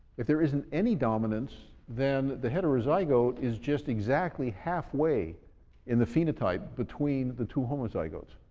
if there isn't any dominance, then the heterozygote is just exactly halfway in the phenotype between the two homozygotes.